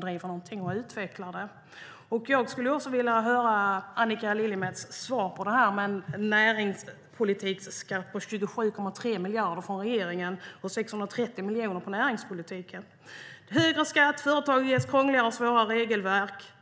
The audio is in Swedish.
driver och utvecklar någonting. Jag skulle vilja höra Annika Lillemets svar när det gäller en näringspolitiksskatt på 27,3 miljarder från regeringen och 630 miljoner på näringspolitiken. Det är högre skatt, och företagen ges krångligare och svårare regelverk.